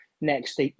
next